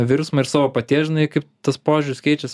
virsmą ir savo paties žinai kaip tas požiūris keičias